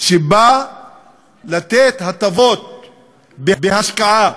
שבא לתת הטבות בהשקעה,